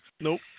Nope